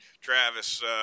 Travis